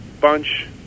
bunch